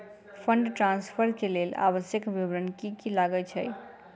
Fund transfer केँ लेल आवश्यक विवरण की की लागै छै?